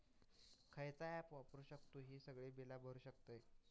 खयचा ऍप वापरू शकतू ही सगळी बीला भरु शकतय?